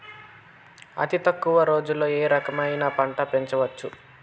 అతి తక్కువ రోజుల్లో ఏ రకమైన పంట పెంచవచ్చు?